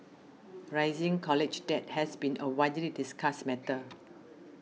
rising college debt has been a widely discussed matter